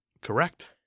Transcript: Correct